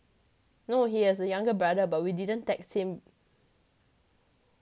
no he has a younger brother but we didn't text him